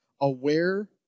aware